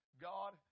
god